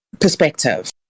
perspective